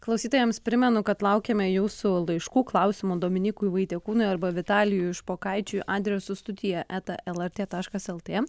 klausytojams primenu kad laukiame jūsų laiškų klausimų dominykui vaitiekūnui arba vitalijui špokaičiui adresu studija eta lrt taškas lt